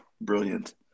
brilliant